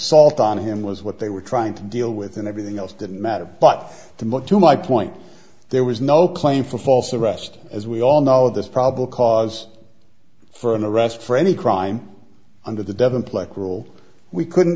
ult on him was what they were trying to deal with and everything else didn't matter but the mark to my point there was no claim for false arrest as we all know this probably cause for an arrest for any crime under the devon plec rule we couldn't